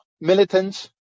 militants